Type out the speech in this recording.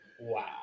wow